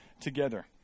together